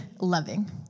loving